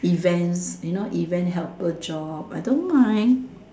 events you know event helper job I don't mind